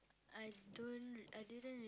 I don't I didn't